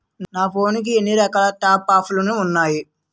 నా ఫోన్ కి ఎన్ని రకాల టాప్ అప్ ప్లాన్లు ఉన్నాయి?